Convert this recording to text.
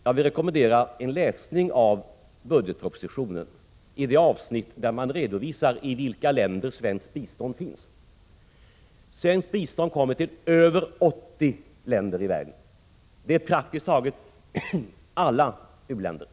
Jag vill då rekommendera en läsning av budgetpropositionen i det avsnitt där man redovisar i vilka länder svenskt bistånd finns. Svenskt bistånd kommer till över 80 länder i världen. Det är praktiskt taget alla utvecklingsländer.